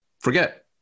forget